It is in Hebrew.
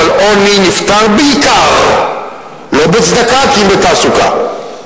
אבל עוני נפתר בעיקר לא בצדקה כי אם בתעסוקה.